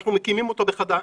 אנחנו מקימים אותו מחדש.